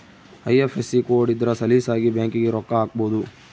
IFSC code ಇದ್ರ ಸಲೀಸಾಗಿ ಬ್ಯಾಂಕಿಗೆ ರೊಕ್ಕ ಹಾಕ್ಬೊದು